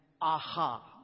aha